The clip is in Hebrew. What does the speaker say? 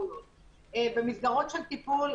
במסגרות של טיפול,